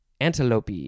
antelope